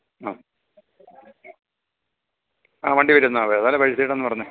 അ ആ വണ്ടി വരുന്നതാണ് അതല്ലേ സൈഡ് ആണെന്ന് പറഞ്ഞത്